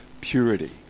purity